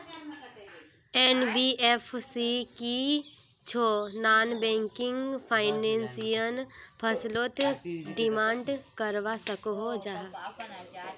NBFC की छौ non banking financial फसलोत डिमांड करवा सकोहो जाहा?